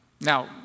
Now